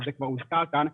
זה כבר הוזכר כאן,